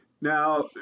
Now